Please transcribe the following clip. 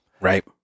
Right